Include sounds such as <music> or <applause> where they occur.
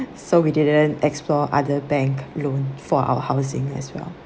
<breath> so we didn't explore other bank loan for our housing as well